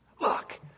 Look